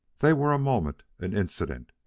they were a moment, an incident.